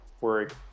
work